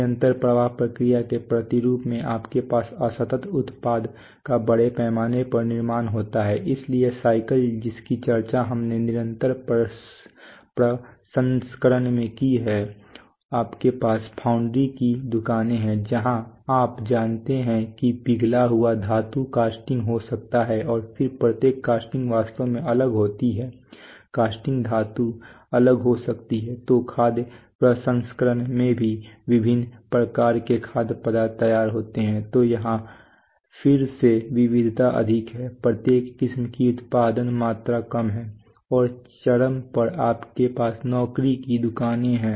निरंतर प्रवाह प्रक्रियाओं के प्रतिरूप में आपके पास असतत उत्पाद का बड़े पैमाने पर निर्माण होता है इसलिए साइकिल जिसकी चर्चा हमने निरंतर प्रसंस्करण में की है आपके पास फाउंड्री की दुकानें हैं जहां आप जानते हैं कि पिघला हुआ धातु कास्टिंग हो जाता है और फिर प्रत्येक कास्टिंग वास्तव में अलग होती है कास्टिंग धातु अलग हो सकती है तो खाद्य प्रसंस्करण में भी विभिन्न प्रकार के खाद्य पदार्थ तैयार होते हैं तो यहाँ फिर से विविधता अधिक है प्रत्येक किस्म की उत्पादन मात्रा कम है और चरम पर आपके पास नौकरी की दुकानें हैं